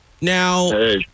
now